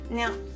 Now